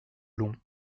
long